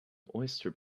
oyster